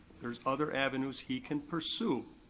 there's other avenues he can pursue.